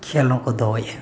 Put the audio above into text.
ᱠᱷᱮᱹᱞ ᱦᱚᱸᱠᱚ ᱫᱚᱦᱚᱭᱮᱫᱼᱟ